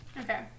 Okay